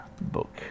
Book